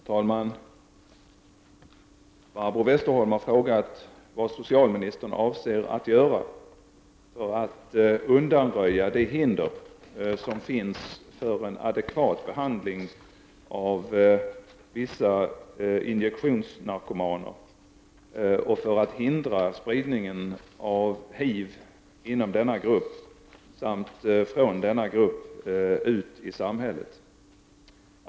Herr talman! Barbro Westerholm har frågat vad socialministern avser att göra för att undanröja de hinder som finns för en adekvat behandling av vissa injektionsnarkomaner och för att hindra spridningen av HIV inom denna grupp samt från denna grupp ut i samhället.